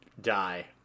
Die